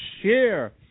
share